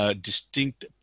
distinct